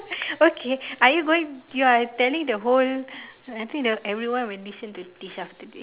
okay are you going you are telling the whole I think the everyone will listen to this after today